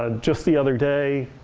ah just the other day,